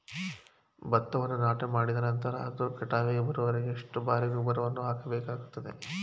ಭತ್ತವನ್ನು ನಾಟಿಮಾಡಿದ ನಂತರ ಅದು ಕಟಾವಿಗೆ ಬರುವವರೆಗೆ ಎಷ್ಟು ಬಾರಿ ಗೊಬ್ಬರವನ್ನು ಹಾಕಬೇಕಾಗುತ್ತದೆ?